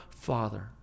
Father